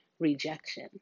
rejection